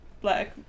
Black